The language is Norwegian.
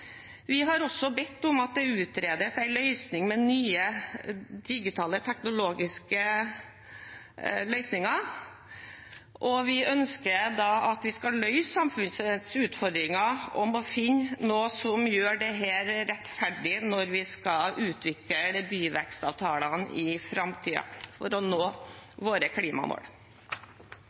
Vi har også bedt om at det utredes nye digitale, teknologiske løsninger. Vi ønsker å løse samfunnets utfordringer og må finne noe som gjør dette rettferdig når vi skal utvikle byvekstavtalene i framtiden for å nå våre klimamål.